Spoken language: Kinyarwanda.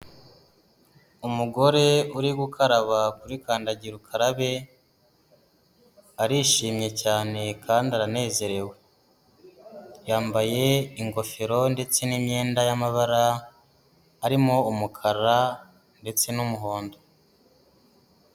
Umugore uri gukaraba kuri kandagira ukarabe, arishimye cyane kandi aranezerewe, yambaye ingofero ndetse n'imyenda y'amabara arimo umukara ndetse n'umuhondo.